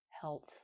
health